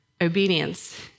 obedience